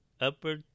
upper